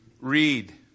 read